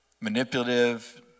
manipulative